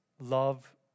love